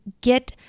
get